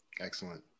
Excellent